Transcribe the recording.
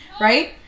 right